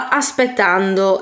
aspettando